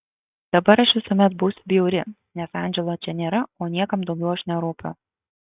dabar aš visuomet būsiu bjauri nes andželo čia nėra o niekam daugiau aš nerūpiu